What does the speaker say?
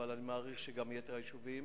אבל אני מעריך שגם יתר היישובים.